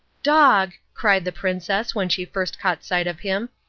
dog, cried the princess when she first caught sight of him,